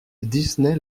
disney